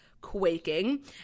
quaking